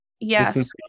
Yes